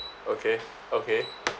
okay okay